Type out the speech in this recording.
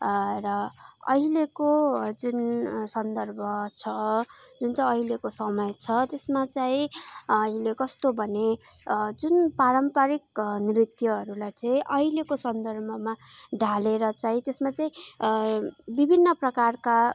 र अहिलेको जुन सन्दर्भ छ जुन चाहिँ अहिलेको समय छ त्यसमा चाहिँ अहिले कस्तो भने जुन पारम्परिक नृत्यहरूलाई चाहिँ अहिलेको सन्दर्भमा ढालेर चाहिँ त्यसमा चाहिँ विभिन्न प्रकारका